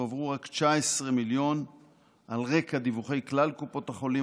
הועברו רק 19 מיליון על רקע דיווחי כלל קופות החולים